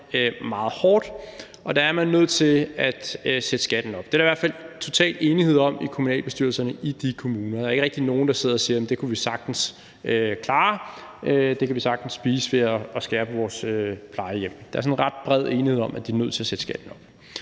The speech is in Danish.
meget hårdt, og der er man nødt til at sætte skatten op. Det er der i hvert fald totalt enighed om i kommunalbestyrelserne i de kommuner. Der er ikke rigtig nogen, der sidder og siger, at det kan de sagtens klare, eller at det kan de sagtens spise ved at skære på deres plejehjem. Der er sådan en ret bred enighed om, at man er nødt til at sætte skatten op.